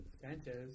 Sanchez